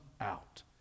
out